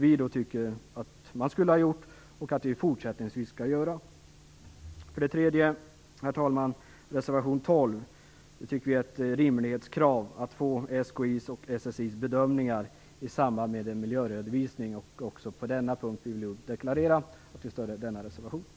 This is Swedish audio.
Vi tycker att man skulle ha gjort det och att vi fortsättningsvis skall göra det. För det tredje, herr talman, är det reservation 12. Vi tycker att det är ett rimlighetskrav att få SKI:s och SSI:s bedömningar i samband med en miljöredovisning, och vi vill deklarera att vi också på denna punkt stöder reservationen.